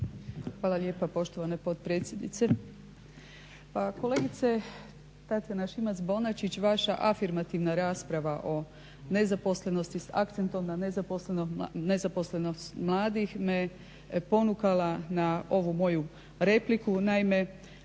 Hvala lijepa poštovana potpredsjednice. Pa kolegice Tatjana Šimac-Bonačić vaša afirmativna rasprava o nezaposlenost s akcentom na nezaposlenost mladih me je ponukala na ovu moju repliku. Naime,